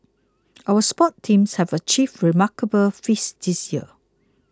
our sports teams have achieved remarkable feats this year